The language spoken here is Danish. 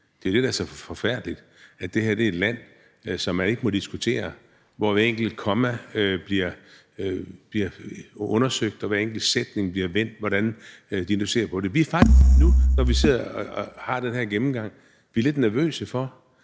Det er jo det, der er så forfærdeligt, altså at det her er et land, som man ikke må diskutere om, og hvor hvert enkelt komma bliver undersøgt og hver enkelt sætning bliver vendt, alt efter hvordan de nu ser på det. Vi er faktisk nu, når vi sidder og har den her gennemgang, lidt nervøse for,